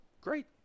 Great